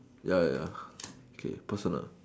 ya ya ya okay personal